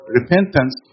repentance